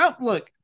look